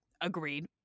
agreed